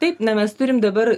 taip na mes turim dabar